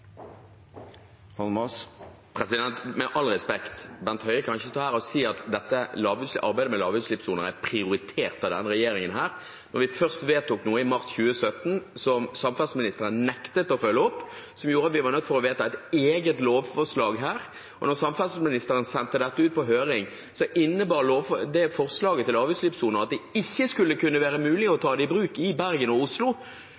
Holmås – til oppfølgingsspørsmål. Med all respekt, statsråden kan ikke stå her og si at arbeidet med lavutslippssoner er prioritert av denne regjeringen. Da vi først vedtok noe i mars 2016, som samferdselsministeren nektet å følge opp, ble vi nødt til å vedta et eget lovforslag. Da samferdselsministeren sendte ut dette på høring, innebar forslaget til lavutslippssoner at det ikke var mulig å